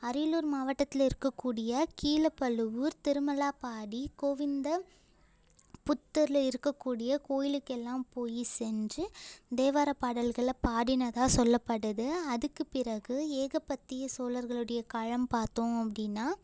அரியலூர் மாவட்டத்தில் இருக்கக்கூடிய கீலப்பலுவூர் திருமலாபாடி கோவிந்த புத்தூர்ல இருக்கக்கூடிய கோயிலுக்கெல்லாம் போய் செஞ்சு தேவாரப் பாடல்களை பாடினதாக சொல்லப்படுது அதுக்குப் பிறகு ஏகபத்திய சோழர்களுடைய காலம் பார்த்தோம் அப்படின்னா